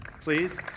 please